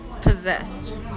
Possessed